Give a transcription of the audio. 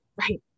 Right